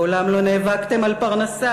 מעולם לא נאבקתם על פרנסה,